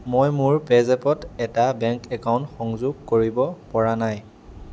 মই মোৰ পে'জ এপত এটা বেংক একাউণ্ট সংযোগ কৰিব পৰা নাই